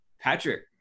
patrick